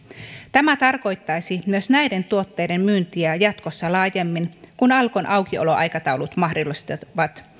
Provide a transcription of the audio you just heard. tämä tarkoittaisi myös näiden tuotteiden myyntiä jatkossa laajemmin kuin alkon aukioloaikataulut mahdollistavat